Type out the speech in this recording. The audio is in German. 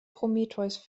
prometheus